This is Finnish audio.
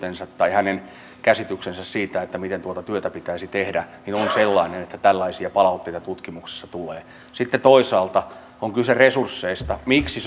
tai käsitys siitä miten tuota työtä pitäisi tehdä on sellainen että tällaisia palautteita tutkimuksessa tulee sitten toisaalta on kyse resursseista miksi